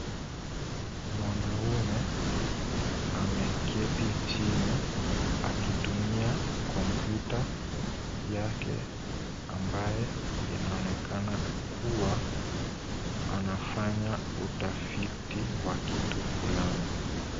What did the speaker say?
Mwanaume ameketi chini akitumia komputa yake ambaye inaonekana kuwa anafanya utafiti wa kitu fulani.